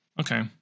Okay